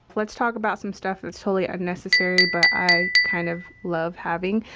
let's talk about some stuff that's totally unnecessary but i kind of love having.